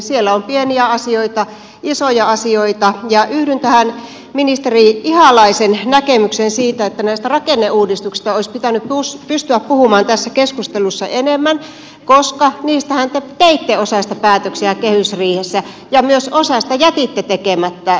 siellä on pieniä asioita isoja asioita ja yhdyn tähän ministeri ihalaisen näkemykseen siitä että näistä rakenneuudistuksista olisi pitänyt pystyä puhumaan tässä keskustelussa enemmän koska osasta niitähän te teitte päätöksiä kehysriihessä ja myös osasta jätitte tekemättä